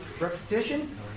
repetition